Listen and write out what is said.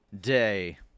day